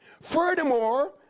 Furthermore